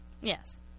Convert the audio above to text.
Yes